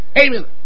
amen